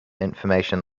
information